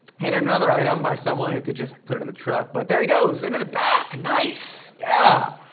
handed another item by someone who could just put it in the truck but there he goes, into the back, nice, yeah.